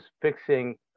fixing